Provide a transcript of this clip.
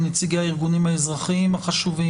נציגי הארגונים האזרחיים החשובים,